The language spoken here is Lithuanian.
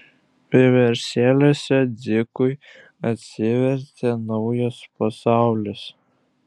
vieversėliuose dzikui atsivėrė naujas pasaulis